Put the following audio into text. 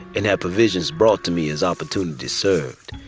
and had provisions brought to me as opportunity served.